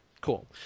cool